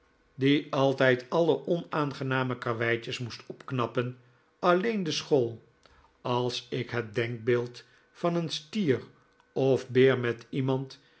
die altijd alle onaangename karweitjes moest opknappen alleen de school als ik het denkbeeld van een stier of beer met iemand